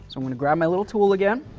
so going to grab my little tool again,